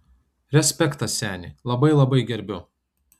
respektas seni labai labai gerbiu